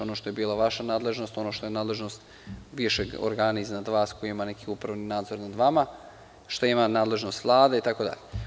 Ono što je bila vaša nadležnost, ono što je višeg organa iznad vas koji ima neki upravni nadzor nad vama, šta je imala od nadležnosti Vlada itd.